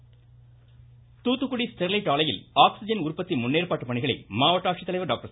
Sterlite Thoothukudi Sterlite ஆலையில் oxygen உற்பத்தி முன்னேற்பாட்டு பணிகளை மாவட்ட ஆட்சித்தலைவர் டாக்டர்